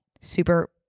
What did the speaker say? super